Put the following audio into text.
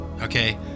Okay